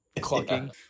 clucking